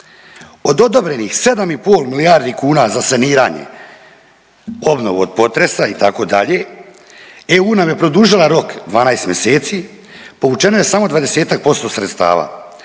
Od odobrenih 7,5 milijardi kuna za saniranje, obnovu od potresa, itd., EU nam je produžila rok 12 mjeseci, povućeno je samo 20-ak posto